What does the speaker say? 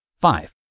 Five